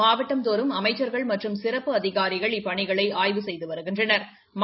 மாவட்டந்தோறும் அமைச்ச்கள் மற்றும் சிறப்பு அதிகாரிகள் இப்பணிகளை ஆய்வுசெய்து வருகின்றனா்